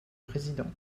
président